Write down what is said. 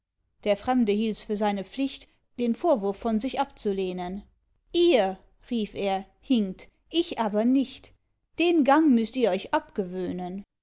der fremde hielts für seine pflicht den vorwurf von sich abzulehnen ihr rief er hinkt ich aber nicht den gang müßt ihr euch abgewöhnen